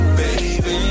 baby